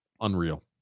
unreal